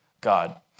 God